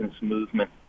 movement